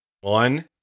One